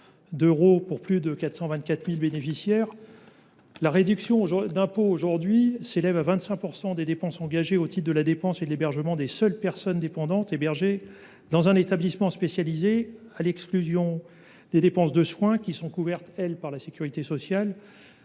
d’euros pour plus de 424 000 bénéficiaires. La réduction d’impôt s’élève à 25 % des dépenses engagées au titre de la dépense et de l’hébergement des seules personnes dépendantes hébergées dans un établissement spécialisé, à l’exclusion des dépenses de soins, qui sont couvertes par la sécurité sociale.